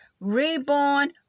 reborn